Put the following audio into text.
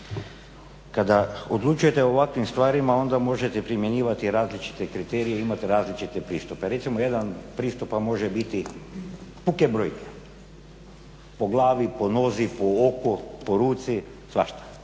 Kada odlučuje o ovakvim stvarima onda možete primjenjivati različite kriterije i imati različite pristupe. Recimo jedan od pristupa može biti puke brojke po glavi, po nozi, po oku, po ruci, svašta.